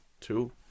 Two